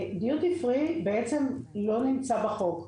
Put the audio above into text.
דיוטי פרי בעצם לא נמצא בחוק.